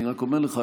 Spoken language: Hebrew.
אני רק אומר לך,